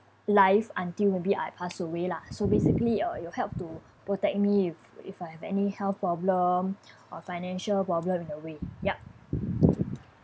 life until maybe I pass away lah so basically uh it'll help to protect me if if I have any health problems or financial problem in a way yup